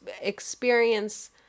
experience